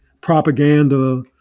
propaganda